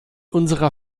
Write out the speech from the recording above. unserer